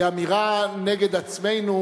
היא אמירה נגד עצמנו,